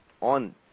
on